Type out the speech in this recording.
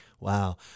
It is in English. Wow